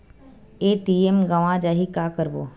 ATM गवां जाहि का करबो?